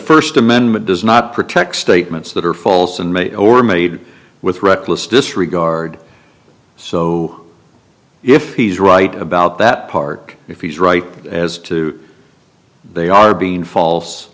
st amendment does not protect statements that are false and may or may be with reckless disregard so if he's right about that park if he's right as to they are being fal